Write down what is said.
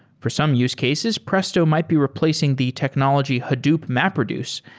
for some use cases, presto might be replacing the technology hadoop mapreduce,